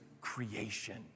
creation